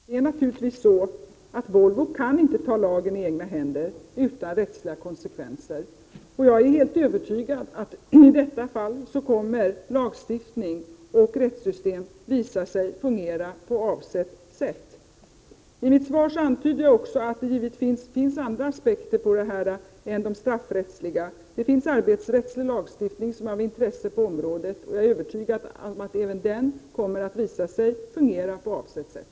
Herr talman! Jag vill säga till Viola Claesson att Volvo naturligtvis inte kan ta lagen i egna händer utan rättsliga konsekvenser. Jag är helt övertygad om att lagstiftning och rättssystem i detta fall kommer att visa sig fungera på avsett sätt. I mitt svar antyder jag att det finns andra aspekter på detta än de straffrättsliga. Det finns också arbetsrättslig lagstiftning som är av intresse. Jag är övertygad om att även den kommer att visa sig fungera på avsett sätt.